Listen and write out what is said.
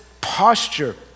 posture